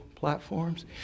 Platforms